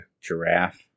Giraffe